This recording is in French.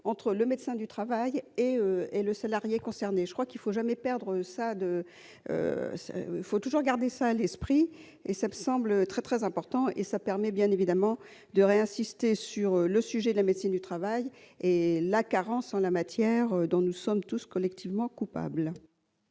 entre le médecin du travail et et le salarié concerné, je crois qu'il faut jamais perdre ça de il faut toujours garder ça à l'esprit et ça me semble très, très important et ça permet bien évidemment de insister sur le sujet de la médecine du travail et la carence en la matière dont nous sommes tous collectivement coupables.